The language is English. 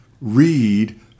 read